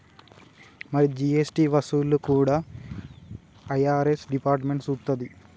మరి జీ.ఎస్.టి వసూళ్లు కూడా ఐ.ఆర్.ఎస్ డిపార్ట్మెంట్ సూత్తది